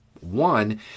One